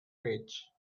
page